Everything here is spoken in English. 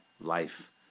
life